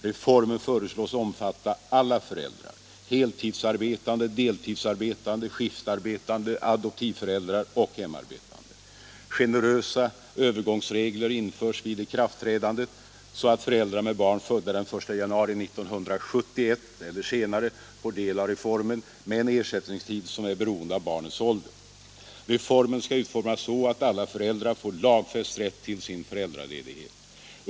Reformen föreslås omfatta alla föräldrar: heltidsarbetande, deltidsarbetande, skiftarbetande, adoptivföräldrar och hemarbetande. Generösa övergångsregler införs vid ikraftträdandet, så att föräldrar med barn födda den 1 januari 1971 eller senare får del av reformen med en ersättningstid som är beroende av barnets ålder. Reformen skall utformas så, att alla föräldrar får lagfäst rätt till sin föräldraledighet.